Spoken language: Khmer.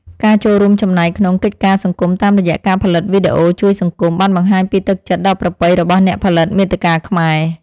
ការចូលរួមចំណែកក្នុងកិច្ចការសង្គមតាមរយៈការផលិតវីដេអូជួយសង្គម បានបង្ហាញពីទឹកចិត្តដ៏ប្រពៃរបស់អ្នកផលិតមាតិកាខ្មែរ។